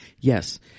Yes